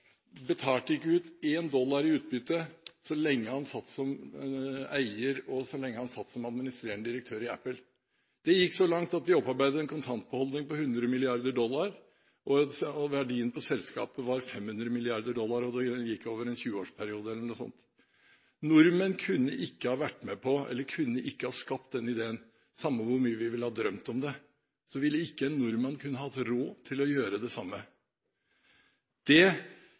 betalte ikke ut én dollar i utbytte så lenge han satt som eier og som administrerende direktør i Apple. Det gikk så langt at de opparbeidet en kontantbeholdning på 100 milliarder dollar, og verdien på selskapet var 500 milliarder dollar – og det gikk over en 20-årsperiode, eller noe sånt. Nordmenn kunne ikke ha skapt denne ideen – for samme hvor mye vi ville ha drømt om det, så ville en nordmann ikke hatt råd til å gjøre det samme. Det